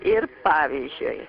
ir pavyzdžiui